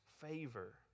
favor